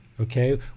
okay